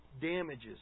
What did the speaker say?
damages